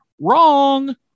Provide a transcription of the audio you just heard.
Wrong